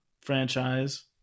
franchise